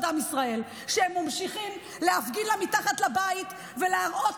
עם ישראל כשהם ממשיכים להפגין לה מתחת לבית ולהראות